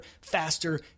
faster